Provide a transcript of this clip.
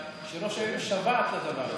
שראש העיר משוועת לדבר הזה.